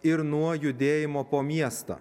ir nuo judėjimo po miestą